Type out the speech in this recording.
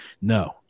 no